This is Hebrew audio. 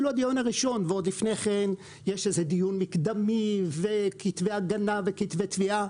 לפני כן יש איזה דיון מקדמי וכתבי הגנה וכתבי תביעה.